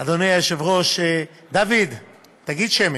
וסוף-סוף, לא חשוב מה יחליט בית-המשפט,